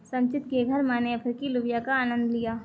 संचित के घर मैने अफ्रीकी लोबिया का आनंद लिया